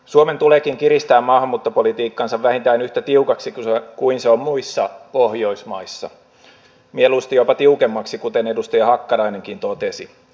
suomen tuleekin kiristää maahanmuuttopolitiikkaansa vähintään yhtä tiukaksi kuin se on muissa pohjoismaissa mieluusti jopa tiukemmaksi kuten edustaja hakkarainenkin totesi